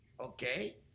Okay